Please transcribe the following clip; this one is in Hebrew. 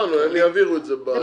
בסדר, הם יעבירו את זה.